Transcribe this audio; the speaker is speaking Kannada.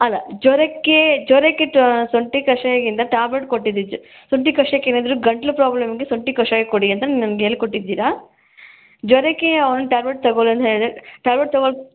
ಅಲ್ಲ ಜ್ವರಕ್ಕೆ ಜ್ವರಕ್ಕೆ ಶುಂಠಿ ಕಷಾಯಗಿಂತ ಟ್ಯಾಬ್ಲೆಟ್ ಕೊಟ್ಟಿದ್ದಿದ್ದು ಶುಂಠಿ ಕಷಾಯಕ್ಕೇನಾದರೂ ಗಂಟಲು ಪ್ರಾಬ್ಲಮ್ಗೆ ಶುಂಠಿ ಕಷಾಯ ಕುಡಿ ಅಂತ ನನ್ಗೆ ಹೇಳಿ ಕೊಟ್ಟಿದ್ದೀರ ಜ್ವರಕ್ಕೆ ಒಂದು ಟ್ಯಾಬ್ಲೆಟ್ ತಗೊಳು ಅಂತ ಹೇಳಿದೆ ಟ್ಯಾಬ್ಲೆಟ್ ತಗೋ